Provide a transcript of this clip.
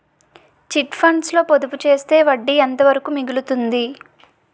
Chit funds లో పొదుపు చేస్తే వడ్డీ ఎంత వరకు మిగులుతుంది?